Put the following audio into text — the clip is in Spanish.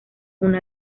una